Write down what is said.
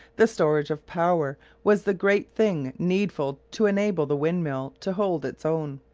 the storage of power was the great thing needful to enable the windmill to hold its own.